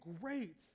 great